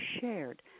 shared